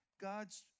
God's